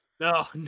No